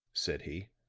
said he.